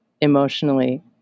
emotionally